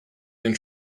den